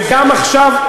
וגם עכשיו,